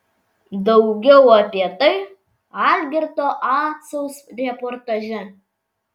daugiau apie tai algirdo acaus reportaže